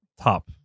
top